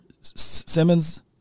Simmons